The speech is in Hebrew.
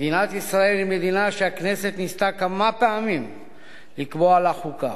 מדינת ישראל היא מדינה שהכנסת ניסתה כמה פעמים לקבוע לה חוקה,